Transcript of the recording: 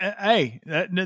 hey